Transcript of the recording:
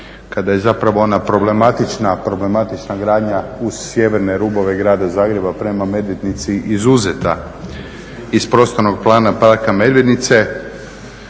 kada je zapravo ona problematična gradnja uz sjeverne rubove grada Zagreba prema Medvednici izuzeta iz Prostornog plana parka Medvednice,